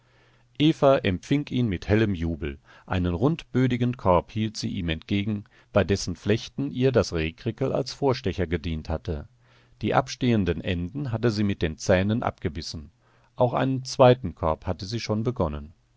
eva empfing ihn mit hellem jubel einen rundbödigen korb hielt sie ihm entgegen bei dessen flechten ihr das rehkrickel als vorstecher gedient hatte die abstehenden enden hatte sie mit den zähnen abgebissen auch einen zweiten korb hatte sie schon begonnen